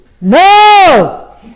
No